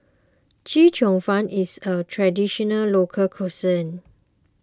Chee Cheong Fun is a Traditional Local Cuisine